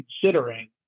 considering